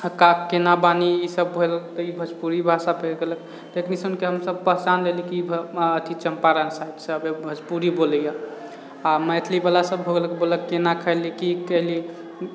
हाँ केना बानी ई सभ भेल तऽ ई भोजपुरी भाषा भे गेलक तखनि सुनके हमसभ पहचानि लेली कि अथि चम्पारण साइड सभ भोजपुरी बोलैए आओर मैथिलीवला सभ भऽ बोललक केना खैली की कैली